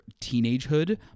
teenagehood